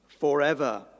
forever